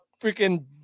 freaking